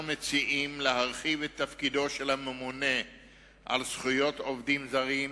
אנחנו מציעים להרחיב את תפקידו של הממונה על זכויות עובדים זרים